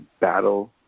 battle